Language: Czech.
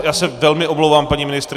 Já se velmi omlouvám, paní ministryně.